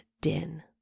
Din